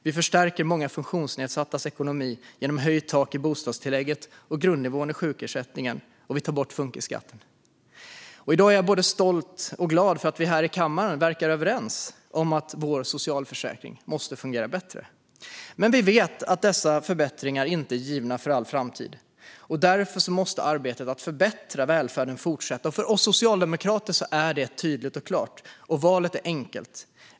Vi förstärker många funktionsnedsattas ekonomi genom höjt tak i bostadstillägget och grundnivåerna i sjukersättningen. Och vi tar bort funkisskatten. I dag är jag både stolt och glad över att vi här i kammaren verkar överens om att socialförsäkringen måste fungera bättre. Men vi vet att dessa förbättringar inte är givna för all framtid. Därför måste arbetet för att förbättra välfärden fortsätta. För oss socialdemokrater är det tydligt och klart, och valet är enkelt.